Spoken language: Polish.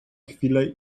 chwilę